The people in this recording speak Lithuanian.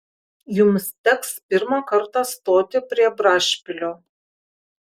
jums teks pirmą kartą stoti prie brašpilio